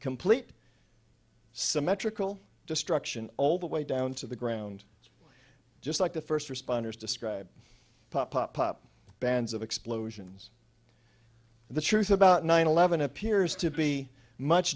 complete symmetrical destruction all the way down to the ground just like the first responders describe a pop pop pop bands of explosions the truth about nine eleven appears to be much